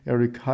Eric